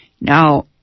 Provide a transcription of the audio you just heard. Now